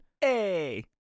Hey